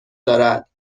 دارد